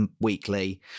weekly